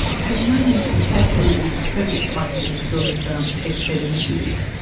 tasmania is the absolutely perfect place for this sort of um test bed initiative,